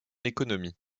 économie